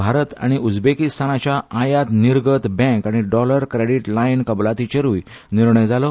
भारत आनी उझबेकिस्तानाच्या आयात निर्गत बँक आनी डीलर क्रेडीट लायन कबलातीचेरूय निर्णय जालो